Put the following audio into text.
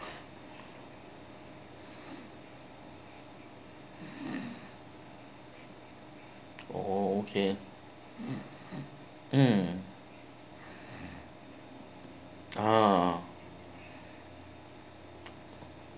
oh okay mm ha